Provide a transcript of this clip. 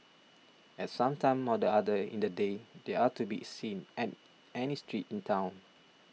at some time or the other in the day they are to be seen an any street in town